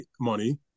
money